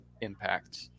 impact